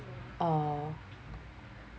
uhh